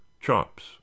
chops